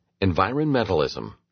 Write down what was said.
Environmentalism